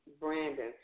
Brandon